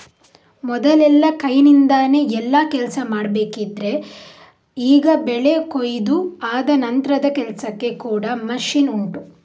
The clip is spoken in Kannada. ಮೊದಲೆಲ್ಲ ಕೈನಿಂದಾನೆ ಎಲ್ಲಾ ಕೆಲ್ಸ ಮಾಡ್ಬೇಕಿದ್ರೆ ಈಗ ಬೆಳೆ ಕೊಯಿದು ಆದ ನಂತ್ರದ ಕೆಲ್ಸಕ್ಕೆ ಕೂಡಾ ಮಷೀನ್ ಉಂಟು